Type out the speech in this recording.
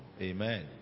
Amen